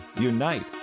unite